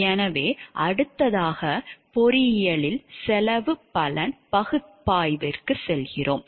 எனவே அடுத்ததாக பொறியியலில் செலவு பலன் பகுப்பாய்வுக்கு செல்கிறோம்